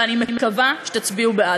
ואני מקווה שתצביעו בעד.